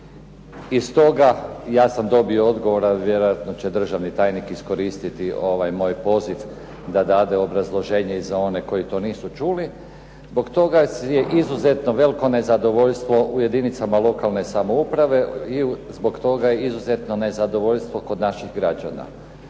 Iz toga ja sam dobio odgovor, a vjerojatno će državni tajnik iskoristiti ovaj moj poziv da dade obrazloženje i za one koji to nisu čuli, zbog toga je izuzetno veliko nezadovoljstvo u jedinicama lokalne samouprave i zbog toga je izuzetno nezadovoljstvo kod naših građana.